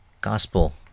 gospel